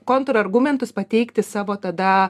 kontrargumentus pateikti savo tada